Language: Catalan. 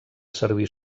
servir